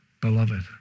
beloved